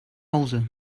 hause